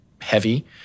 heavy